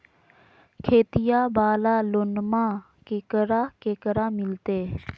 खेतिया वाला लोनमा केकरा केकरा मिलते?